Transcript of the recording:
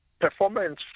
performance